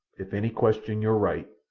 if any question your right,